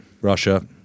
Russia